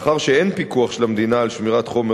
מאחר שאין פיקוח של המדינה על שמירת חומר